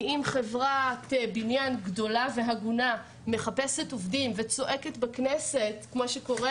אם חברת בנייה גדולה והגונה מחפשת עובדים וצועקת בכנסת כמו שקורה